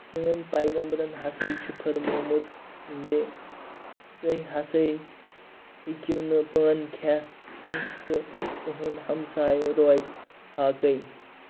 سٲنۍ پیغمبَرَن ہسا چھُ فرمومُت زِ تُہۍ ہسا ہٮ۪کِو نہٕ پانہٕ کھٮ۪تھ کیٚنہہ تہٕ تُہُند ہَمساے روزِ فاکَے